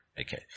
okay